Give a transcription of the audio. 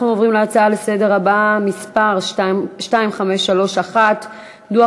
נעבור להצעה לסדר-היום בנושא: דוח